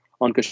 on